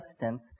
substance